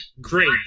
great